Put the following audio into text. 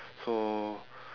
so